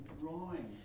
drawing